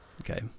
okay